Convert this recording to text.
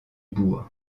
bourg